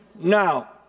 Now